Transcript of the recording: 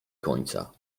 końca